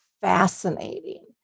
fascinating